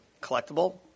collectible